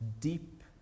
deep